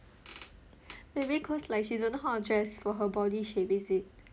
maybe cause like she don't know how to dress for her body she basic